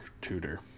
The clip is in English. tutor